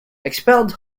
expelled